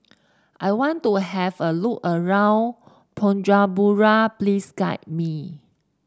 I want to have a look around Bujumbura please guide me